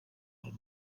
del